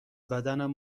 بدنم